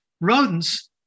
rodents